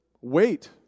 wait